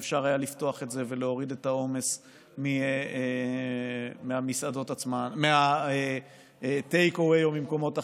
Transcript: ואפשר היה לפתוח את זה ולהוריד את העומס מהטייק אווי או ממקומות אחרים.